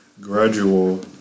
gradual